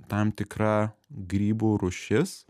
tam tikra grybų rūšis